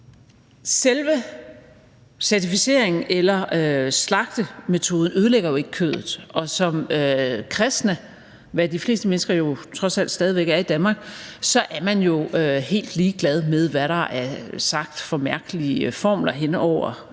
Selve certificeringen eller slagtemetoden ødelægger jo ikke kødet, og som kristne, hvad de fleste mennesker trods alt stadig væk er i Danmark, er man jo helt ligeglad med, hvad der er sagt af mærkelige formler hen over